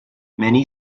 many